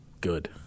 Good